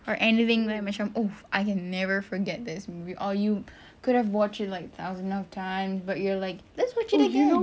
or anything macam oh I can never forget this movie or you could have watched it like thousand of times but you're like let's watch it again